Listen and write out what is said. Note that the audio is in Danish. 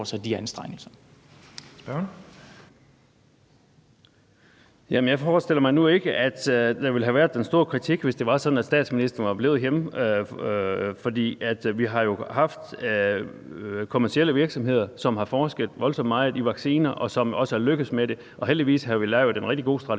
(KF): Jamen jeg forestiller mig nu ikke, at der ville have været den store kritik, hvis det var sådan, at statsministeren var blevet hjemme, for vi har jo kommercielle virksomheder, som har forsket voldsomt meget i vacciner, og som også er lykkedes med det. Og heldigvis havde vi lavet en rigtig god strategi